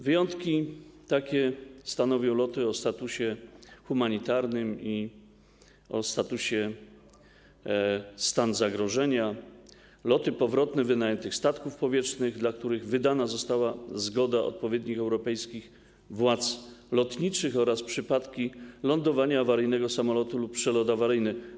Wyjątki takie stanowią loty o statusie humanitarnym i o następujących statusach: stan zagrożenia, loty powrotne wynajętych statków powietrznych, dla których wydana została zgoda odpowiednich europejskich władz lotniczych, oraz przypadki lądowania awaryjnego samolotu lub przelot awaryjny.